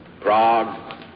Prague